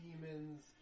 demons